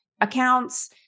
accounts